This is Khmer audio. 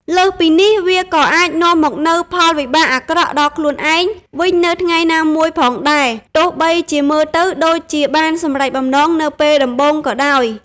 លើសពីនេះ វាក៏អាចនាំមកនូវផលវិបាកអាក្រក់ដល់ខ្លួនឯងវិញនៅថ្ងៃណាមួយផងដែរ ទោះបីជាមើលទៅដូចជាបានសម្រេចបំណងនៅពេលដំបូងក៏ដោយ។